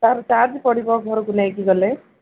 ତାର ଚାର୍ଜ ପଡ଼ିବ ଘରୁକୁ ନେଇକି ଗଲେ